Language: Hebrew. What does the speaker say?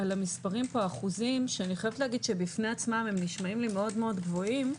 האחוזים בפני עצמם נשמעים לי מאוד גבוהים,